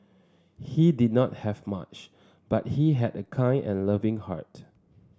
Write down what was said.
he did not have much but he had a kind and loving heart